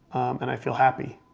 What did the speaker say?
and i feel happy.